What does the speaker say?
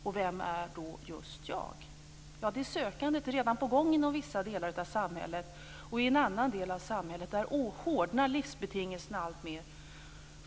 Och vem är just jag? Det sökandet är redan på gång inom vissa delar av samhället. I annan del av samhället hårdnar livsbetingelserna alltmer.